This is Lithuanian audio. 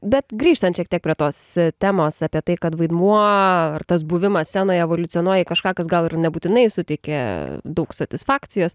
bet grįžtant šiek tiek prie tos temos apie tai kad vaidmuo ar tas buvimas scenoje evoliucionuoja į kažką kas gal ir nebūtinai suteikia daug satisfakcijos